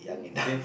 okay